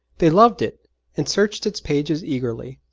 they loved it and searched its pages eagerly,